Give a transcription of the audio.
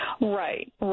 right